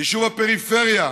אישור הפריפריה,